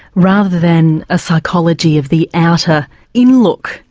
rather than a psychology of the outer inlook.